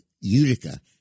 Utica